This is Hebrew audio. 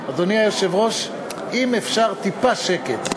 אדוני היושב-ראש, אם אפשר, טיפה שקט.